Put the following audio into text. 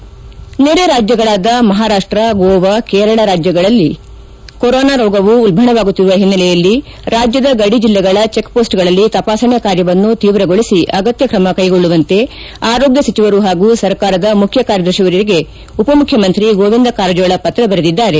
ಕರೆಸ್ಲಾಂಡೆಂಟ್ಎನ್ಜಿಆರ್ ನೆರೆರಾಜ್ಯಗಳಾದ ಮಹಾರಾಷ್ಸ ಗೋವಾ ಕೇರಳಗಳಲ್ಲಿ ಕೊರೊನಾ ರೋಗವು ಉಲ್ಲಣವಾಗುತ್ತಿರುವ ಹಿನೈಲೆಯಲ್ಲಿ ರಾಜ್ಯದ ಗಡಿ ಜಿಲ್ಲೆಗಳ ಚೆಕ್ ಪೋಸ್ಟ್ಗಳಲ್ಲಿ ತಪಾಸಣೆ ಕಾರ್ಯವನ್ನು ತೀವ್ರಗೊಳಿಸಿ ಅಗತ್ಯ ಕ್ರಮ ಕೈಗೊಳ್ಳುವಂತೆ ಕಟ್ಟುನಿಟ್ಟಾಗಿ ಆರೋಗ್ಯ ಸಚವರು ಹಾಗೂ ಸರ್ಕಾರದ ಮುಖ್ಖಕಾರ್ಯದರ್ಶಿಯವರಿಗೆ ಉಪಮುಖ್ಖಮಂತ್ರಿ ಗೋವಿಂದ ಕಾರಜೋಳ ಪತ್ರ ಬರೆದಿದ್ದಾರೆ